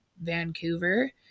Vancouver